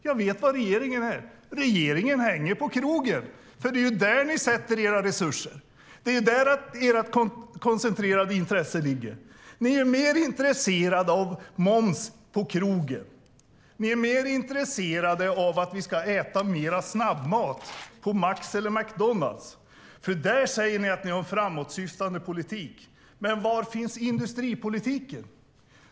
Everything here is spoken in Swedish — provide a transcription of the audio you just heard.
Jag vet var regeringen är. Regeringen hänger på krogen. Det är där ni sätter in era resurser. Det är där ert koncentrerade intresse ligger. Ni är mer intresserade av moms på krogen. Ni är mer intresserade av att vi ska äta mer snabbmat på Max eller McDonalds, för där säger ni att ni har en framåtsyftande politik. Men var finns industripolitiken?